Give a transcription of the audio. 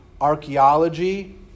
archaeology